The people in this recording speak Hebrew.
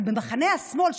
אבל במחנה השמאל,